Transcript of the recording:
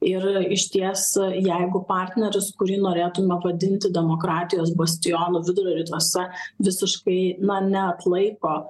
ir išties jeigu partneris kurį norėtume vadinti demokratijos bastionu vidurio rytuose visiškai na neatlaiko